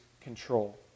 control